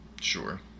Sure